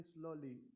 slowly